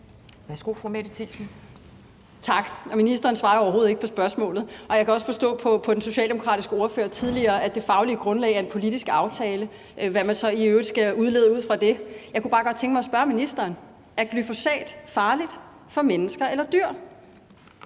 Kl. 12:39 Mette Thiesen (NB): Tak. Ministeren svarer jo overhovedet ikke på spørgsmålet. Jeg kunne også tidligere forstå på den socialdemokratiske ordfører, at det faglige grundlag er en politisk aftale – hvad man så i øvrigt skal udlede ud af det! Jeg kunne bare godt tænke mig at spørge ministeren: Er glyfosat farlig for mennesker og dyr